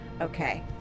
okay